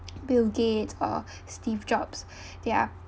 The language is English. bill gates or steve jobs they are